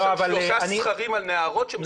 יש שם שלושה סכרים על נהרות.